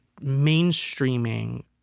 mainstreaming